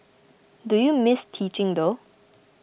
do you miss teaching though